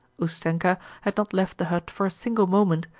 ustenka had not left the hut for a single moment,